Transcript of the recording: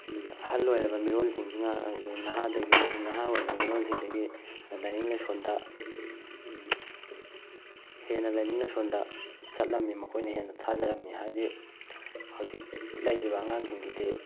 ꯑꯍꯜ ꯑꯣꯏꯔꯕ ꯃꯤꯔꯣꯜꯁꯤꯡꯁꯤꯅ ꯑꯩꯈꯣꯏ ꯅꯍꯥꯗꯒꯤ ꯅꯍꯥ ꯑꯣꯏꯔꯤꯕ ꯃꯤꯔꯣꯜꯁꯤꯡꯗꯒꯤ ꯂꯥꯏꯅꯤꯡ ꯂꯥꯏꯁꯣꯟꯗ ꯍꯦꯟꯅ ꯂꯥꯏꯅꯤꯡ ꯂꯥꯏꯁꯣꯟꯗ ꯆꯠꯂꯝꯃꯤ ꯃꯈꯣꯏꯅ ꯍꯦꯟꯅ ꯊꯥꯖꯔꯝꯃꯤ ꯍꯥꯏꯗꯤ ꯍꯧꯖꯤꯛ ꯂꯩꯔꯤꯕ ꯑꯉꯥꯡꯁꯤꯡꯁꯤꯗꯤ